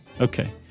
Okay